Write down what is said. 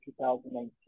2019